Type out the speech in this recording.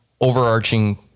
overarching